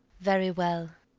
very well.